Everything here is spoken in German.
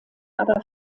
aber